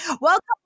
Welcome